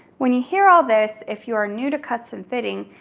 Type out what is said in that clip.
when you hear all this, if you are new to custom fitting,